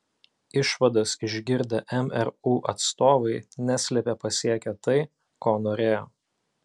išvadas išgirdę mru atstovai neslėpė pasiekę tai ko norėjo